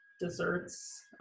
desserts